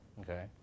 okay